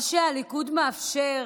מה שהליכוד מאפשר